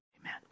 amen